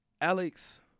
Alex